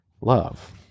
love